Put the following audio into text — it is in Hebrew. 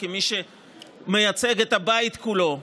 כמי שמייצג את הבית כולו.